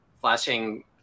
flashing